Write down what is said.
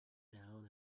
down